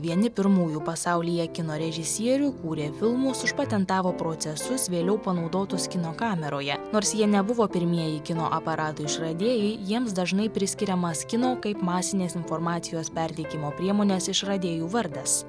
vieni pirmųjų pasaulyje kino režisierių kūrė filmus užpatentavo procesus vėliau panaudotus kino kameroje nors jie nebuvo pirmieji kino aparato išradėjai jiems dažnai priskiriamas kino kaip masinės informacijos perteikimo priemonės išradėjų vardas